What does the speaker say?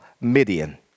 Midian